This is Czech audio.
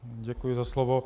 Děkuji za slovo.